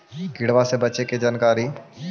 किड़बा से बचे के जानकारी?